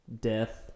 death